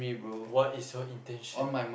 what is your intention